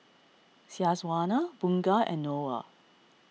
Syazwani Bunga and Noah